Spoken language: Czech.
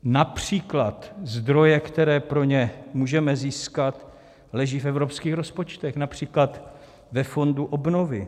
Například zdroje, které pro ně můžeme získat, leží v evropských rozpočtech, například ve Fondu obnovy.